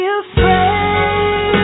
afraid